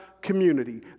community